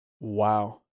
Wow